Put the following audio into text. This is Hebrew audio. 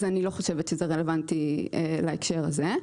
לכן, אני לא חושבת שזה רלוונטי להקשר הזה.